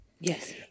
Yes